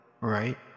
Right